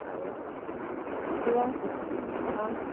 আৰু কুকুৰা হাঁহ